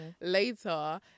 later